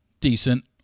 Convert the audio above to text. Decent